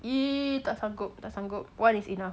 tak sanggup tak sanggup one is enough